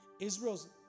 Israel's